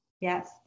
Yes